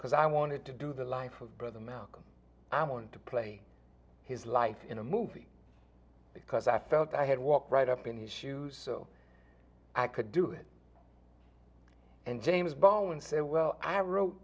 because i wanted to do the life of brother malcolm i want to play his life in a movie because i felt i had walked right up in his shoes so i could do it and james bone said well i wrote